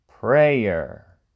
Prayer